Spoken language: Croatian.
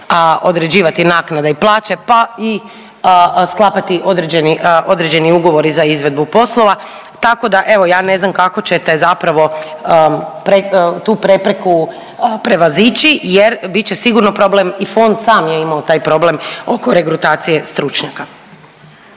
određivati naknade i plaće, pa i sklapati određeni, određeni ugovori za izvedbu poslova, tako da evo ja ne znam kako ćete zapravo tu prepreku prevazići jer bit će sigurno problem i fond sam je imao taj problem oko regrutacije stručnjaka.